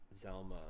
Zelma